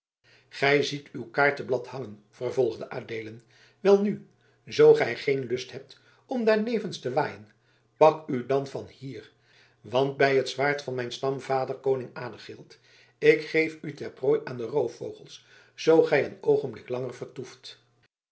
gij ziet uw kaarteblad hangen vervolgde adeelen welnu zoo gij geen lust hebt om daarnevens te waaien pak u dan van hier want bij het zwaard van mijn stamvader koning adegild ik geef u ter prooi aan de roofvogels zoo gij een oogenblik langer vertoeft